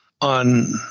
on